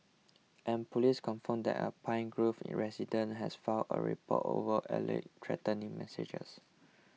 and police confirmed that a Pine Grove resident has filed a report over alleged threatening messages